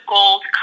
Gold